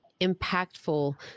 impactful